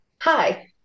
hi